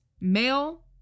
male